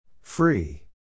Free